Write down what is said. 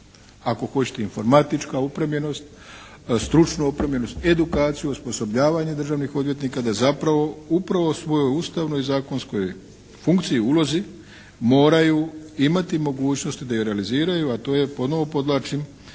ako hoćete informatička opremljenost, stručna opremljenost, edukaciju, osposobljavanje državnih odvjetnika da zapravo upravo u svojoj ustavnoj i zakonskoj funkciji, ulozi moraju imati mogućnost da ju realiziraju a to je, ponovno podvlačim,